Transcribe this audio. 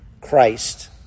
Christ